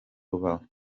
rubavu